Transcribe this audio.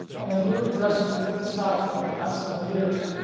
and has moved aggressively through the south over the past several years.